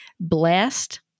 blessed